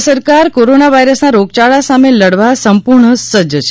રાજય સરકાર કોરોના વાયરસના રોગયાળા સામે લડવા સંપૂર્ણ સજજ છે